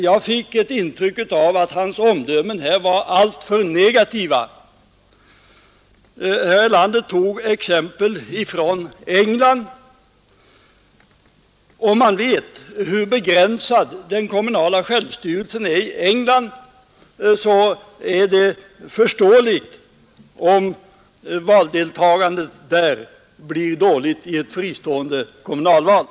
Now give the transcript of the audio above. Jag fick det intrycket att herr Erlanders omdömen där var alltför negativa. Herr Erlander tog exempel från England, men om man vet hur begränsad den kommunala självstyrelsen är i det landet, så är det förståeligt om valdeltagandet där blir dåligt i ett fristående kommunalval.